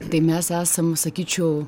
tai mes esam sakyčiau